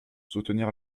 soutenir